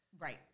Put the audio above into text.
Right